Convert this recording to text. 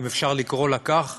אם אפשר לקרוא לה כך,